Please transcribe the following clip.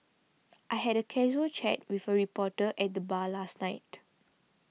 I had a casual chat with a reporter at the bar last night